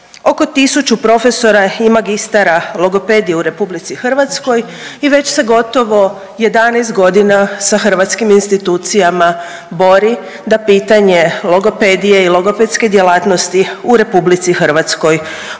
oko 1.000 profesora i magistara logopedije u RH i već se gotovo 11 godina sa hrvatskim institucijama bori da pitanje logopedije i logopedske djelatnosti i RH bude definirano